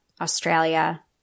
Australia